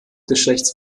geschlechts